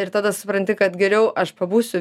ir tada supranti kad geriau aš pabūsiu